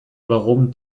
warum